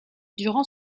durant